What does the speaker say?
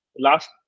last